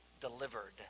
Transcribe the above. delivered